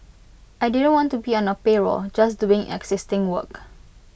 I didn't want to be on A payroll just doing existing work